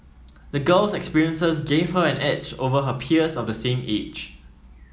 the girl's experiences gave her an edge over her peers of the same age